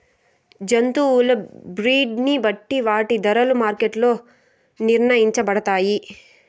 జంతువుల బ్రీడ్ ని బట్టి వాటి ధరలు మార్కెట్ లో నిర్ణయించబడతాయి